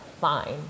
Fine